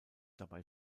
dabei